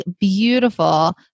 beautiful